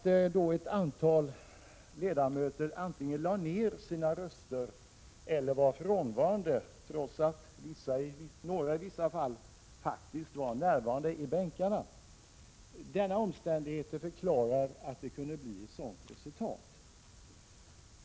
Den omständigheten att ett antal ledamöter antingen lade ner sina röster eller var ”frånvarande” trots att vissa av dem faktiskt var närvarande i bänkarna förklarar att resultatet blev sådant.